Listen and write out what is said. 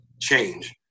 change